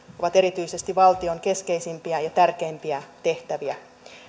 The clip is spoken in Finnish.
ovat valtion keskeisimpiä ja tärkeimpiä tehtäviä